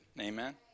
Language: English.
amen